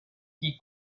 qui